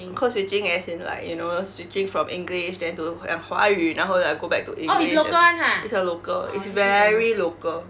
code switching as in like you know switching from english then to and 华语然后 leh go back to english then it a local it's very local